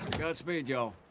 godspeed, y'all.